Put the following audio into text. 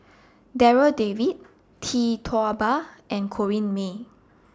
Darryl David Tee Tua Ba and Corrinne May